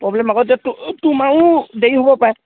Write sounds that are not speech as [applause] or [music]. problem আকৌ [unintelligible] তোমাৰো দেৰি হ'ব পাৰে